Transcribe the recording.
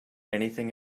anything